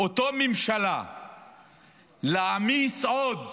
אותה ממשלה להעמיס עוד